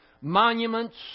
monuments